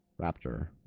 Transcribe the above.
Raptor